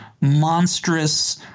monstrous